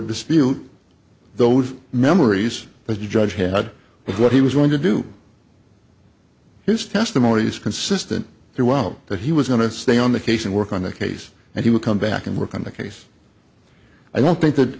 dispute those memories the judge had of what he was going to do his testimony is consistent throughout that he was going to stay on the case and work on the case and he would come back and work on the case i don't think that